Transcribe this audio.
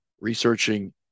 researching